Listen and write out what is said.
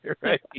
Right